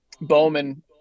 bowman